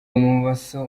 bumoso